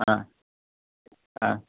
অঁ অঁ